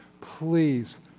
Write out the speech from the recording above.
please